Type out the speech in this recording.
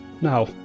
now